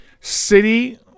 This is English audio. city